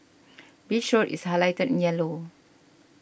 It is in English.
Beach Road is highlighted in yellow